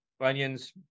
onions